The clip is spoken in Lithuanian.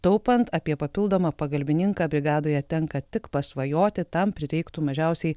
taupant apie papildomą pagalbininką brigadoje tenka tik pasvajoti tam prireiktų mažiausiai